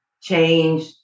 change